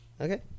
Okay